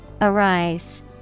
Arise